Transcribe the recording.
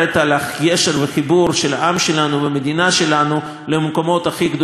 והחיבור של העם שלנו והמדינה שלנו למקומות הכי קדושים לעם ישראל.